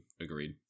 Agreed